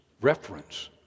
Reference